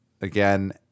again